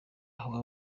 waba